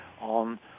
on